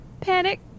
panic